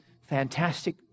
fantastic